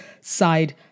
side